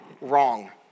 Wrong